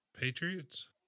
Patriots